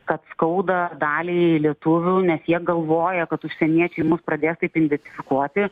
kad skauda daliai lietuvių nes jie galvoja kad užsieniečiai mus pradės taip identifikuoti